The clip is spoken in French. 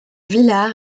vilar